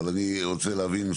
אבל אני רוצה להבין,